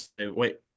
wait